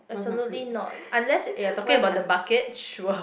absolutely not unless you are talking about the bucket sure